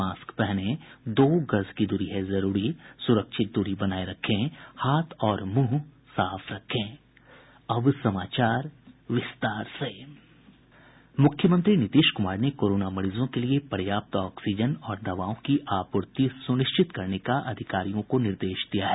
mask पहनें दो गज दूरी है जरूरी सुरक्षित दूरी बनाये रखें हाथ और मुंह साफ रखें अब समाचार विस्तार से मुख्यमंत्री नीतीश कुमार ने कोरोना मरीजों के लिये पर्याप्त ऑक्सीजन और दवाओं की आपूर्ति सुनिश्चित करने का अधिकरियों को निर्देश दिया है